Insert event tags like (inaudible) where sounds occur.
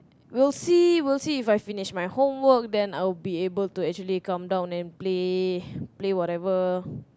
we will see will see If I have finished my homework then I will be able to actually come down and play (breath) play whatever